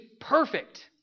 perfect